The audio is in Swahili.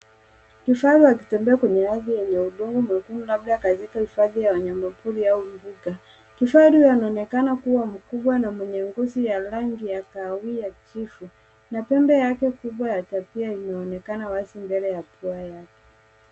Kifaru akitembea kwenye ardhi yenye udongo labda katika risavu ya wanyamapori au mbuga. Kifaru huyo anaonekana kuwa mkubwa na mwenye ngozi ya rangi ya kahawia jivu na pembe yake kubwa ya tapia inaonekana wazi mbele hatua yake.